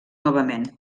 novament